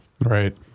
Right